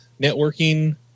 networking